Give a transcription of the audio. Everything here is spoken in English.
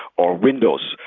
or windows,